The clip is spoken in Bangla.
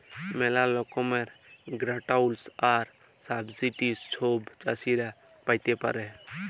ম্যালা রকমের গ্র্যালটস আর সাবসিডি ছব চাষীরা পাতে পারে